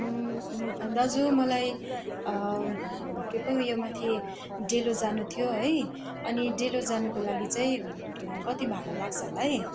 दाजु मलाई केपो यो माथि डेलो जानु थियो है अनि डेलो जानुको लागि चाहिँ कति भाडा लाग्छ होला है